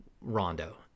Rondo